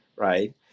right